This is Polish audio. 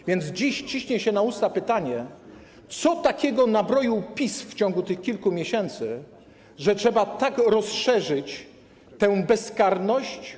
A więc dziś ciśnie się na usta pytanie, co takiego nabroił PiS w ciągu tych kilku miesięcy, że trzeba tak rozszerzyć tę bezkarność.